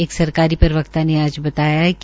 एक सरकारी प्रवक्ता ने आज बताया कि